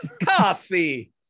Cassie